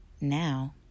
Now